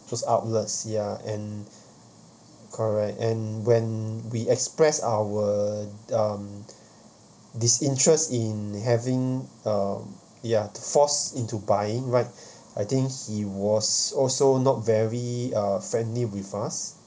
those outlets ya and correct and when we express our um disinterest in having uh ya force into buying right I think he was also not very uh friendly with us